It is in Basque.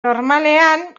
normalean